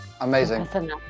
amazing